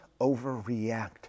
overreact